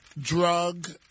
drug